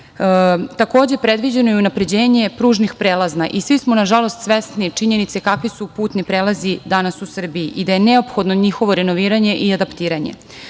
predviđeno je unapređenje pružnih prelaza i svi smo, nažalost, svesni činjenice kakvi su putni prelazi danas u Srbiji i da je neophodno njihovo renoviranje i adaptiranje.